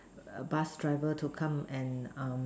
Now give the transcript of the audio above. bus driver to come and